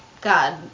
god